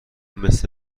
مثل